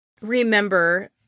remember